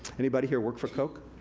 anybody here work for coke,